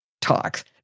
talks